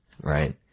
right